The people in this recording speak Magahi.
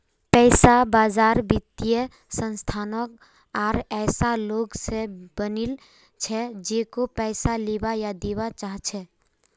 पैसा बाजार वित्तीय संस्थानों आर ऐसा लोग स बनिल छ जेको पैसा लीबा या दीबा चाह छ